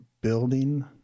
building